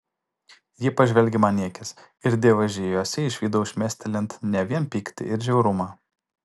ji pažvelgė man į akis ir dievaži jose išvydau šmėstelint ne vien pyktį ir žiaurumą